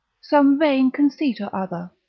some vain conceit or other.